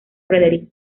frederick